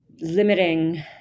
limiting